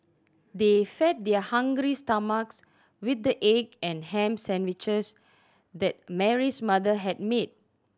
they fed their hungry stomachs with the egg and ham sandwiches that Mary's mother had made